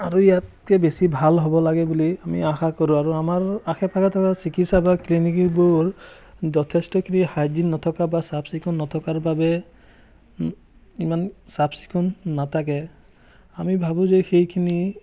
আৰু ইয়াতকৈ বেছি ভাল হ'ব লাগে বুলি আমি আশা কৰোঁ আৰু আমাৰ আশে পাশে থকা চিকিৎসালয় ক্লিনিকবোৰ যথেষ্টখিনি হাইজিন নথকা বা চাফ চিকুণ নথকাৰ বাবে ইমান চাফ চিকুণ নাথাকে আমি ভাবোঁ যে সেইখিনি